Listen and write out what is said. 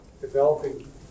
Developing